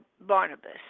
Barnabas